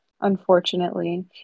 unfortunately